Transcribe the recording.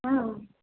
હમ